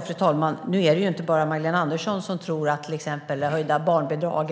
Fru talman! Nu är det inte bara Magdalena Andersson som tror att till exempel höjda barnbidrag,